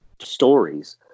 stories